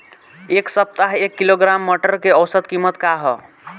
एक सप्ताह एक किलोग्राम मटर के औसत कीमत का ह?